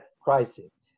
crisis